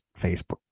Facebook